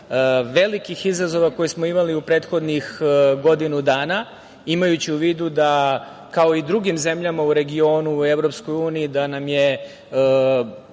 velikih izazova koje smo imali u prethodnih godinu dana, imajući u vidu da kao i u drugim zemljama u regionu, EU, da nam je